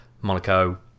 Monaco